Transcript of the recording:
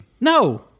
No